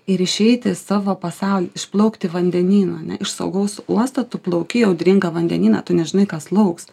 ir išeiti į savo pasaulį išplaukt į vandenyną ne iš saugaus uosto tu plauki į audringą vandenyną tu nežinai kas lauks